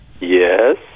Yes